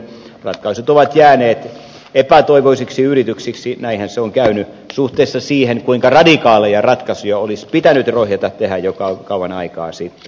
ratkaisut ovat jääneet epätoivoisiksi yrityksiksi näinhän se on käynyt suhteessa siihen kuinka radikaaleja ratkaisuja olisi pitänyt rohjeta tehdä jo kauan aikaa sitten